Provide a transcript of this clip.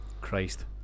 Christ